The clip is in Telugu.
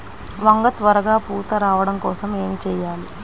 వంగ త్వరగా పూత రావడం కోసం ఏమి చెయ్యాలి?